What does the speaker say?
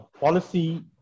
policy